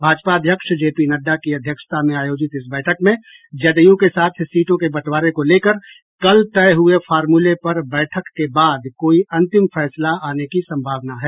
भाजपा अध्यक्ष जे पी नड्डा की अध्यक्षता में आयोजित इस बैठक में जदयू के साथ सीटों के बंटवारे को लेकर कल तय हुये फार्मूले पर बैठक के बाद कोई अंतिम फैसला आने की सम्भावना है